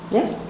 Yes